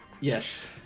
yes